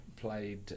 played